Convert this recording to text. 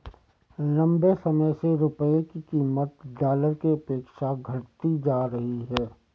लंबे समय से रुपये की कीमत डॉलर के अपेक्षा घटती जा रही है